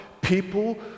people